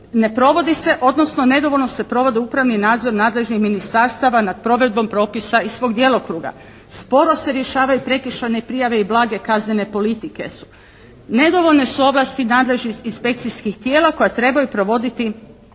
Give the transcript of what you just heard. ne provodi se odnosno nedovoljno se provodi upravni nadzor nadležnih ministarstava nad provedbom propisa iz svog djelokruga, sporo se rješavaju prekršajne prijave i blage kaznene politike su, nedovoljne su ovlasti nadležnih inspekcijskih tijela koja trebaju provoditi